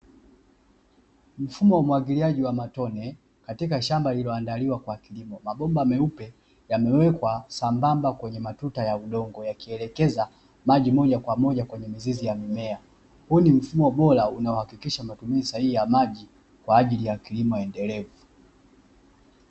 Mfumo wa umwagiliaji wa matone katika shamba lililoandaliwa kwa kilimo, mabomba meupe yamewekwa sambamba kwenye matuta ya udongo, yakielekeza maji moja kwa moja kwenye mizizi ya mimea, huu ni mfumo bora unaohakikisha matumizi sahihi ya maji kwa ajili ya kilimo endelevu.